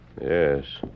Yes